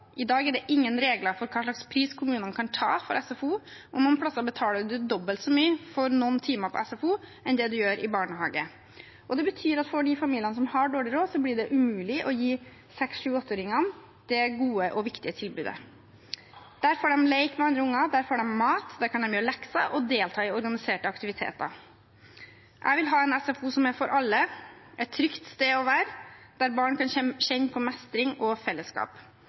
I dag er det ingen regler for hvilken pris kommunene kan ta for SFO, og mange plasser betaler man dobbelt så mye for noen timer i SFO enn det man gjør i barnehage. Det betyr at for de familiene som har dårlig råd, blir det umulig å gi seks-sju-åtte-åringene det gode og viktige tilbudet. Der får de leke med andre unger, der får de mat, der kan de gjøre lekser og delta i organiserte aktiviteter. Jeg vil ha en SFO som er for alle, et trygt sted å være, og der barn kan kjenne på mestring og fellesskap.